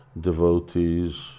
devotees